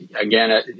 again